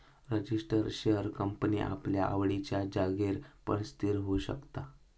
register share company आपल्या आवडिच्या जागेर पण स्थिर होऊ शकता